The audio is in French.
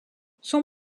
son